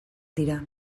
dira